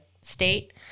state